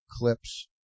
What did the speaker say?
clips